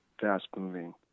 fast-moving